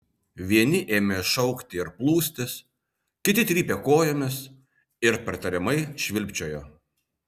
vieni ėmė šaukti ir plūstis kiti trypė kojomis ir pritariamai švilpčiojo